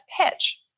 pitch